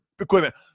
equipment